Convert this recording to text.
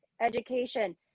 education